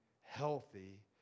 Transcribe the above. healthy